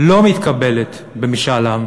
לא מתקבלת במשאל עם,